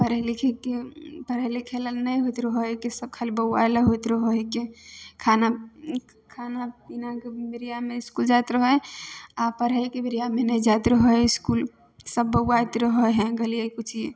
पढ़य लिखयके पढ़य लिखय लेल नहि होइत रहय हइके सभ खाली बौआइले होइत रहय हइके खाना खाना पीनाके बेरियामे इसकुल जाइत रहय हइ आओर पढ़ाइके बेरियामे नहि जाइत रहय हइ इसकुल सभ बौआइत रहय हइ गलिये कुचिए